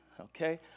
Okay